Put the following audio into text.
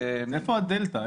איפה הדלתה?